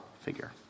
figure